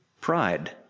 pride